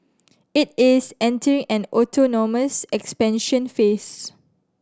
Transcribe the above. it is entering an autonomous expansion phase